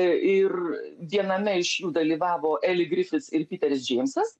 ir viename iš jų dalyvavo eli grifas ir piteris džeimsas